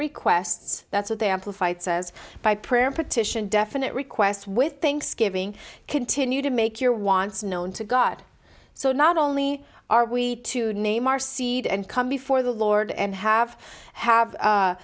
requests that's what they have to fight says by prayer petition definite request with thanksgiving continue to make your wants known to god so not only are we to name our seed and come before the lord and have